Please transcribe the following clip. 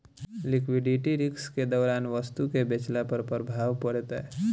liquidity risk के दौरान वस्तु के बेचला पर प्रभाव पड़ेता